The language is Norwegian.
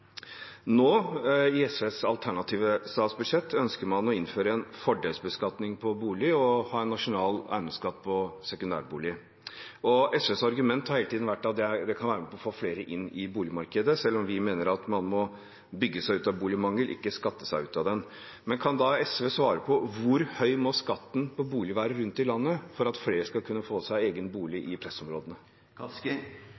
Nå, i SVs alternative statsbudsjett, ønsker man å innføre en fordelsbeskatning på bolig og å ha en nasjonal eiendomsskatt på sekundærbolig. SVs argument har hele tiden vært at det kan være med på å få flere inn på boligmarkedet. Vi mener at man må bygge seg ut av boligmangel, ikke skatte seg ut av den. Men kan SV svare på hvor høy skatten på bolig må være rundt i landet for at flere skal kunne få seg egen